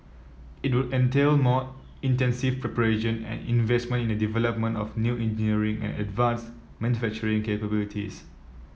it will entail more intensive preparation and investment in the development of new engineering and advanced manufacturing capabilities